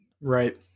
Right